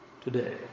today